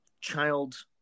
child